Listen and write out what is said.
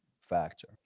factor